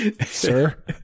Sir